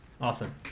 awesome